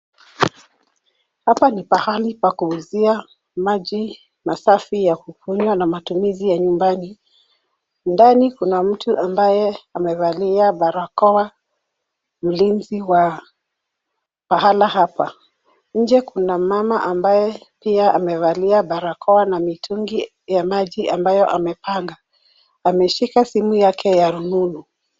Hapa ni pahali pa kuuzia maji masafi ya kukunywa na matumizi ya nyumbani. Ndani kuna mtu ambaye amevalia barakoa, mlinzi wa pahala hapa. Nje kuna mama ambaye pia amevalia barakoa na mitungi ya maji ambayo amepanga. Ameshika simu yake ya rununu.